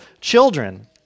children